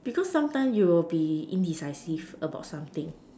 because sometime you will be indecisive about something